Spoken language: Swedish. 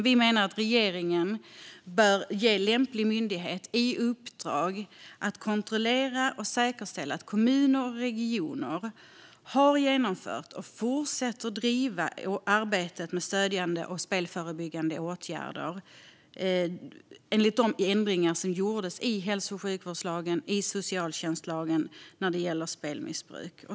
Vi menar dock att regeringen bör ge lämplig myndighet i uppdrag att kontrollera och säkerställa att kommuner och regioner har genomfört och fortsätter att driva arbetet med stödjande och spelförebyggande åtgärder enligt de ändringar som gjordes i hälso och sjukvårdslagen och socialtjänstlagen när det gäller spelmissbruk.